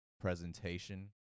presentation